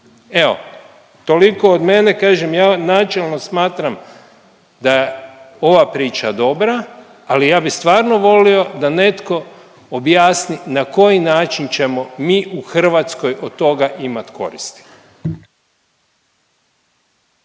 Evo toliko od mene, kažem ja vam načelno smatram da je ova priča dobra, ali ja bi stvarno volio da netko objasni na koji način ćemo mi u Hrvatskoj od toga imat koristi.